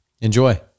Enjoy